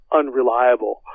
unreliable